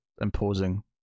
imposing